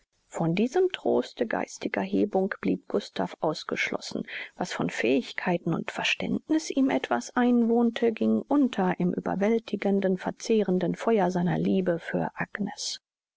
von diesem troste geistiger hebung blieb gustav ausgeschlossen was von fähigkeiten und verständniß ihm etwa einwohnte ging unter im überwältigenden verzehrenden feuer seiner liebe für agnes